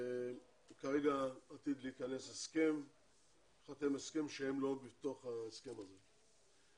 וכרגע עתיד להיחתם הסכם שהם לא בתוך ההסכם הזה.